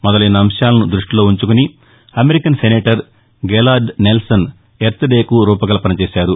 మొదలైన అంశాలను దృష్ణిలో వుంచుకుని American senator Gaylord Nelson earth డేకు రూపకల్పన చేశారు